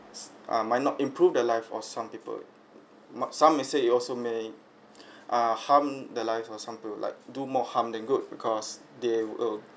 s~ ah might not improve the life of some people ma~ some may say you also may ah harm the life of some people like do more harm than good because they uh